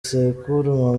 sekuru